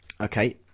okay